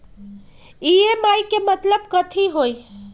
EMI के मतलब कथी होई?